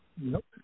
Nope